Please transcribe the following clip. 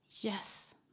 yes